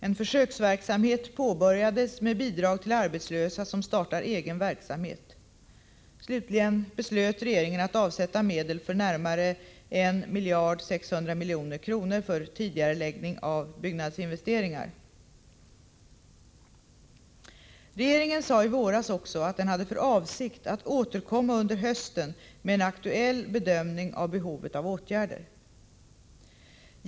En försöksverksamhet påbörjades med bidrag till arbetslösa som startar egen verksamhet. Slutligen beslöt regeringen att avsätta medel för närmare 1 600 milj.kr. för tidigareläggning av byggnadsinvesteringar. Regeringen sade i våras också att den hade för avsikt att återkomma under hösten med en aktuell bedömning av behovet av åtgärder.